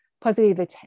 positive